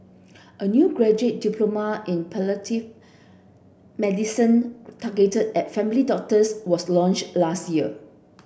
a new graduate diploma in palliative medicine targeted at family doctors was launched last year